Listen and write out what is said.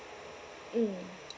mm